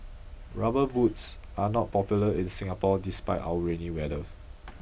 rubber boots are not popular in Singapore despite our rainy weather